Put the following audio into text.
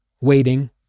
waiting